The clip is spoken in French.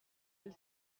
elle